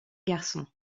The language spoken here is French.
garçon